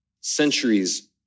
centuries